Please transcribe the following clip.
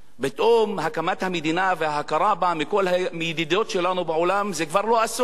פתאום הקמת המדינה וההכרה בה מידידות שלנו בעולם זה כבר לא אסון,